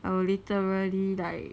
I will literally like